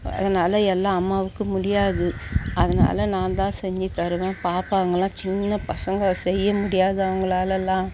அதனால் எல்லாம் அம்மாவுக்கும் முடியாது அதனால் நான் தான் செஞ்சுத்தருவேன் பாப்பாங்கள்லாம் சின்ன பசங்கள் செய்ய முடியாது அவங்களால எல்லாம்